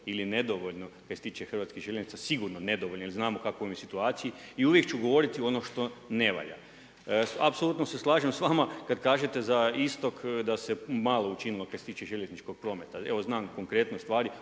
ili nedovoljno kaj se tiče Hrvatskih željeznica, sigurno nedovoljno jer znamo u kakvoj su situaciji i uvijek ću govoriti ono što ne valja. Apsolutno se slažem s vama kada kažete za istok da se malo učinilo šta se tiče željezničkog prometa. Evo znam konkretne stvari